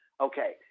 okay